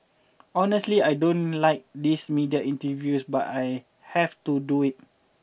honestly I don't like these media interviews but I have to do it